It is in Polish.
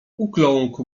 ukląkł